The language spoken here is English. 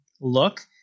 look